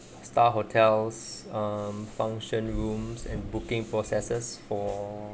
star hotels um function rooms and booking processes for